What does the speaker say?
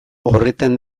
horretan